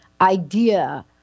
idea